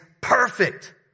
perfect